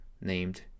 named